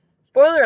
Spoiler